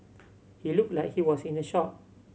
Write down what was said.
he looked like he was in a shock